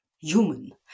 human